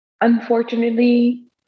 Unfortunately